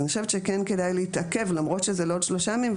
אז אני חושבת שכן אפשר להתעכב למרות שזה לעוד שלושה ימים,